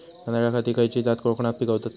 तांदलतली खयची जात कोकणात पिकवतत?